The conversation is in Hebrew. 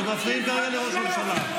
אתם מפריעים לראש הממשלה.